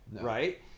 right